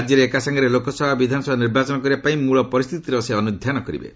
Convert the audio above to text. ରାଜ୍ୟରେ ଏକାସାଙ୍ଗରେ ଲୋକସଭା ଓ ବିଧାନସଭା ନିର୍ବାଚନ କରିବା ପାଇଁ ମୂଳ ପରିସ୍ଥିତିର ସେ ଅନୁଧ୍ୟାନ କରିବେ